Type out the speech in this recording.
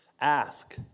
ask